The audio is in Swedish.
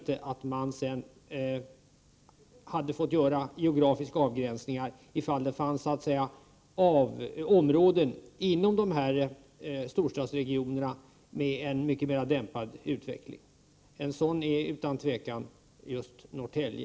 Men detta hindrar inte att man gör geografiska avgränsningar även inom storstadsregionerna när det gäller områden med en mycket mera dämpad utveckling. Jag tänker då på just Norrtälje.